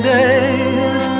days